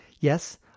Yes